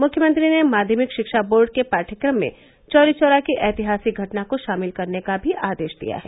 मुख्यमंत्री ने माध्यमिक शिक्षा बोर्ड के पाठ्यक्रम में चौरी चौरा की ऐतिहासिक घटना को शामिल करने का भी आदेश दिया है